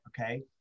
Okay